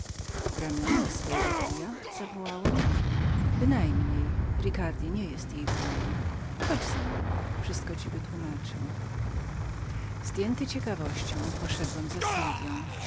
ricardi jej wuj zawołałem bynajmniej ricardi nie jest jej wujem chodź ze mną wszystko ci wytłumaczę zdjęty ciekawością poszedłem za sylwją